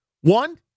One